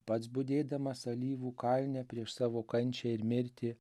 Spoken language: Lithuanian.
pats budėdamas alyvų kalne prieš savo kančią ir mirtį